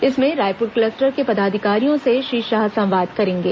इसमें रायपुर क्लस्टर के पदाधिकारियों से श्री शाह संवाद करेंगे